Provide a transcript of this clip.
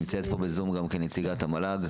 נמצאת פה בזום גם נציגת המל"ג.